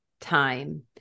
time